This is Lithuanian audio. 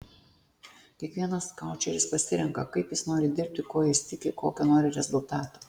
kiekvienas koučeris pasirenka kaip jis nori dirbti kuo jis tiki kokio nori rezultato